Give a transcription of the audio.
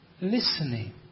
listening